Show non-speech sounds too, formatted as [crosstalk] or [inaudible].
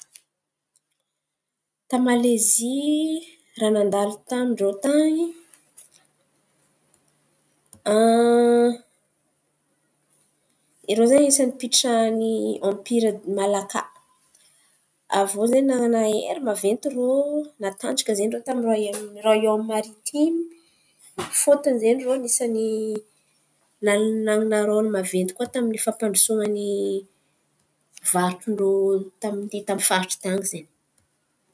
Ta-Malezia, raha nandalo tan̈y amin-drô tan̈y. [hesitation] Irô zen̈y anisan̈y pitravy rô ampira malaka. Avô zen̈y nanan̈a hery maventy irô matanjaka zen̈y irô tamin'ny roaiôma. Roaiôma maritima fôtiny izen̈y irô anisan̈y nanan̈a rôle maventy koa tamin'ny fampandrosoan̈a ny varotro ndrô tamin'ity faritry tan̈y izen̈y.